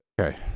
Okay